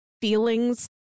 feelings